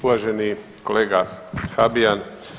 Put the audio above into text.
Uvažene kolega Habijan.